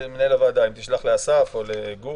אחוז.